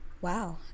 wow